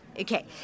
okay